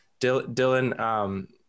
Dylan